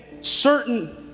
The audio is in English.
certain